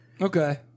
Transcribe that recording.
Okay